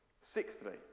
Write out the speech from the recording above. sixthly